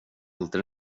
alltid